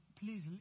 please